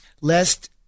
lest